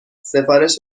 سفارش